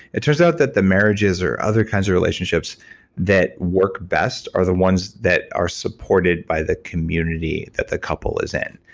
it turns out that the marriages or other kinds of relationships that work best are the ones that are supported by the community that the couple is in.